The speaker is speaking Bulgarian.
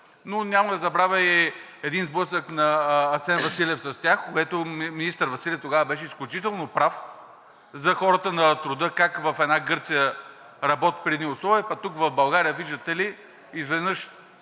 но няма да забравя и един сблъсък на Асен Василев с тях, където министър Василев беше изключително прав, за хората на труда как в една Гърция работят при едни условия, тук в България, виждате ли, изведнъж